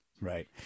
Right